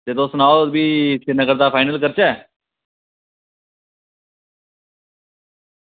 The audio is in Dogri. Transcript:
ते तुस सनाओ भी सिरीनगर दा फाईनल करचै